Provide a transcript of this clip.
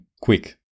quick